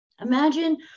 Imagine